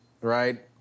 right